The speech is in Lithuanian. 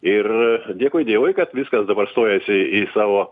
ir dėkui dievui kad viskas dabar stojasi į savo